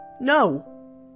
No